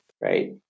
Right